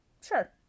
sure